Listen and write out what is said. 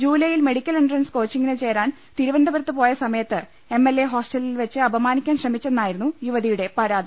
ജൂലൈയിൽ medical entrance കോച്ചിംഗിന് ചേരാൻ തിരുവനന്തപു രത്ത് പോയ സമയത്ത് എം എൽ എ ഹോസ്റ്റലിൽ വെച്ച് അപ മാനിക്കാൻ ശ്രമിച്ചെന്നായിരുന്നു യുവതിയുടെ പരാതി